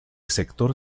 sector